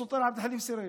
הסולטאן אל-חמיד סירב.